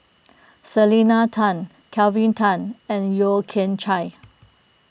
Selena Tan Kelvin Tan and Yeo Kian Chye